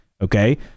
Okay